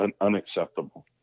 unacceptable